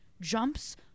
jumps